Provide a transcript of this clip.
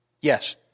Yes